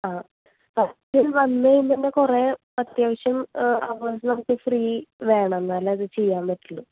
അ first വന്ന് കഴിയുമ്പോൾ കുറേ അത്യാവശ്യം ഫ്രീ വേണം എന്നാലേ അത് ചെയ്യാൻ പറ്റുള്ളൂ